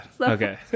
Okay